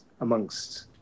amongst